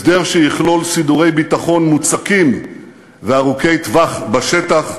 הסדר שיכלול סידורי ביטחון מוצקים וארוכי טווח בשטח,